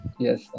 Yes